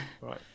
Right